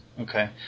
Okay